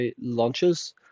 launches